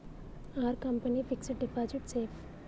Are company fixed deposit safe?